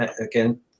again